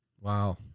wow